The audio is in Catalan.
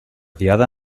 diada